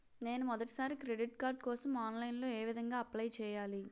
నేను మొదటిసారి credit card కోసం ఆన్లైన్ లో ఏ విధంగా అప్లై చేయాలి?